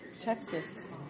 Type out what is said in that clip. Texas